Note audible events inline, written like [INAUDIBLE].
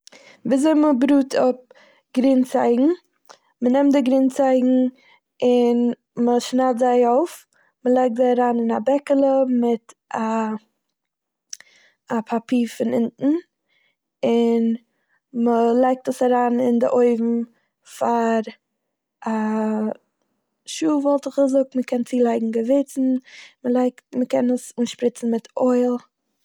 וויזוי מ'בראט אפ גרינצייגן. מ'נעמט די גרינצייגן און מ'שניידט זיי אויף, מ'לייגט זיי אריין אין א בעקעלע מיט א- [NOISE] א פאפיר פון אינטן, און מ'לייגט עס אריין אין די אויווען פאר א שעה וואלט איך געזאגט, מ'קען צולייגן געווירצן, מ'לייגט- מ'קען עס אנשפריצן מיט אויל.